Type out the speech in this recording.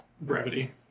brevity